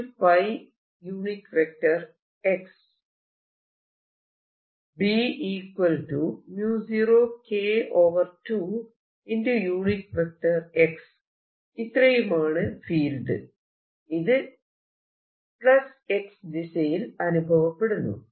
ഇത് X ദിശയിൽ അനുഭവപ്പെടുന്നു